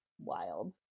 Wild